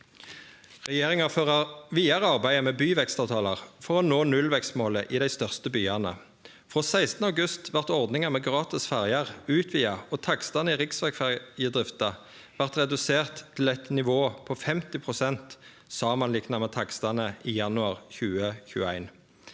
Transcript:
Regjeringa fører vidare arbeidet med byvekstavtalar for å nå nullvekstmålet i dei største byane. Frå 16. august vart ordninga med gratis ferjer utvida, og takstane i riksvegferjedrifta var reduserte til eit nivå på 50 pst. samanlikna med takstane i januar 2021.